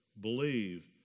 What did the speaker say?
believe